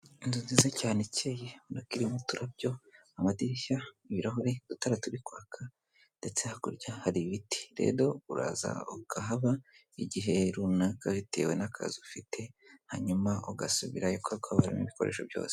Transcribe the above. Inzu nziza cyane ikeye, irimo turabyo, amadirishya, ibirahuri, udara turikwaka ndetse hakurya hari ibiti. Rero uraza ukahaba igihe runaka bitewe n'akazi ufite, hanyuma ugasubirayo kubera ko haba harimo ibikoresho byose.